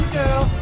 girl